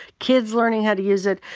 kids learning how to use it.